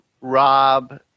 Rob